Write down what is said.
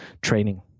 training